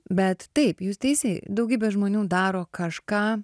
bet taip jūs teisi daugybė žmonių daro kažką